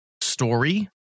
story